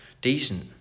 Decent